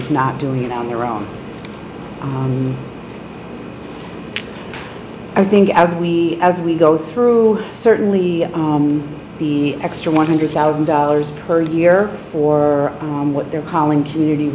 is not doing on their own i think as we as we go through certainly the the extra one hundred thousand dollars per year for what they're calling community